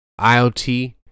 IoT